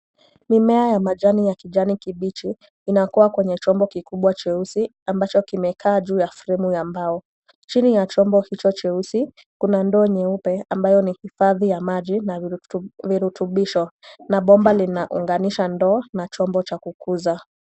Mimea ya majani ya kijani kibichi inakua kwenye chombo kikubwa cheusi ambacho kimekaa juu ya fremu ya mbao. Chini ya chombo hicho cheusi kuna ndoo nyeupe ambayo ni hifadhi ya maji na virutubisho, na bomba linaunganisha ndoo na chombo cha kukuza.